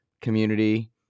community